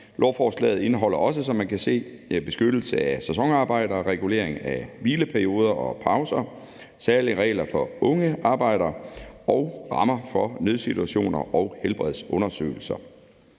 Lovforslaget indeholder også, som man kan se, beskyttelse af sæsonarbejdere, regulering af hvileperioder og pauser, særlige regler for ungarbejdere og rammer for nødsituationer og helbredsundersøgelser.